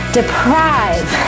deprive